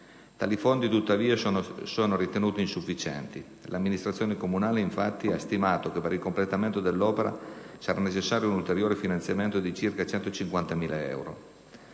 Tali fondi, tuttavia, sono ritenuti insufficienti. L'amministrazione comunale, infatti, ha stimato che per il completamento dell'opera sarà necessario un ulteriore finanziamento di circa 150.000 euro.